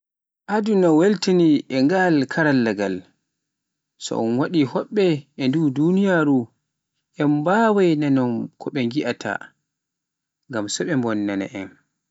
Aduna ina weltii e ngal karallaagal, so un waɗi hoɓɓe a ndu duniyaaru, en bawai nanon ko ɓe ngiyaata, ngam so ɓe bonnana en.